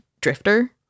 drifter